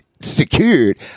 secured